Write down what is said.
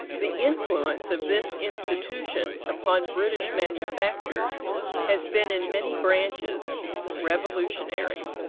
the influence of this institution upon british manufactures has been in many branches revolutionary.